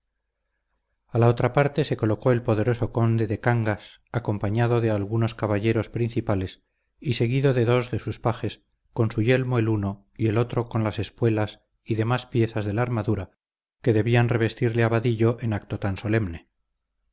a la otra parte se colocó el poderoso conde de cangas acompañado de algunos caballeros principales y seguido de dos de sus pajes con su yelmo el uno y el otro con las espuelas y demás piezas de la armadura que debían revestirle a vadillo en acto tan solemne